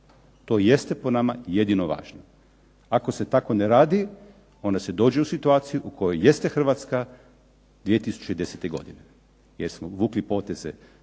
To jeste po nama jedino važno. Ako se tako ne radi, onda se dođe u situaciju u kojoj jeste Hrvatska 2010. godine, jer smo vukli poteze